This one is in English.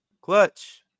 Clutch